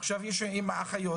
עכשיו יש עם האחיות.